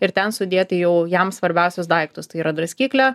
ir ten sudėti jau jam svarbiausius daiktus tai yra draskyklę